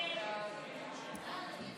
המשותפת להביע